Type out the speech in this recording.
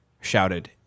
shouted